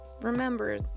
remember